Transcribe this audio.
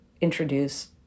introduce